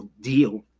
deal